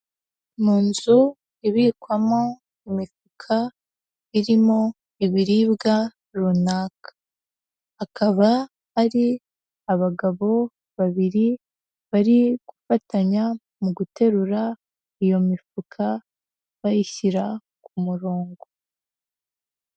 Mu nzu ibikwamo imifuka irimo ibiribwa runaka. Akaba ari abagabo babiri bari gufatanya mu guterura iyo mifuka, bayishyira ku murongo.